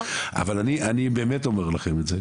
אבל אני באמת אומר לכם את זה,